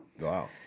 Wow